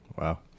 Wow